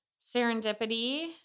serendipity